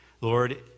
Lord